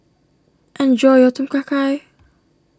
enjoy your Tom Kha Gai